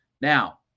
Now